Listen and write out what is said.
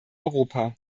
europa